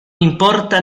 importa